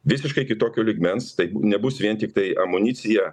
visiškai kitokio lygmens tai nebus vien tiktai amunicija